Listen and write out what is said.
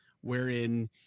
wherein